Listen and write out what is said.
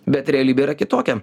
bet realybė yra kitokia